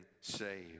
saved